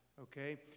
okay